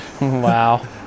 Wow